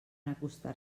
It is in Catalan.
acostar